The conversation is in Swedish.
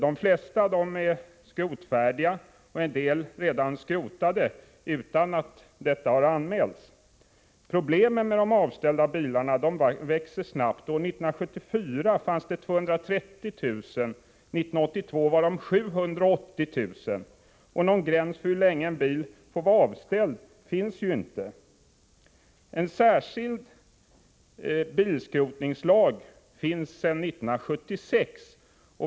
De flesta av dem är skrotfärdiga, och en del är redan skrotade utan att detta har anmälts. Problemen med de avställda bilarna växer snabbt. År 1974 fanns det 230 000 och 1982 780 000. Någon gräns för hur länge en bil får vara avställd finns inte. En särskild bilskrotningslag finns sedan 1976.